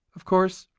of course,